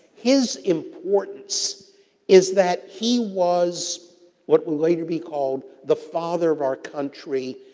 his importance is that he was what will later be called the father of our country.